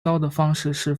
方式